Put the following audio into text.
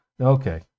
Okay